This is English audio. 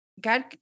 God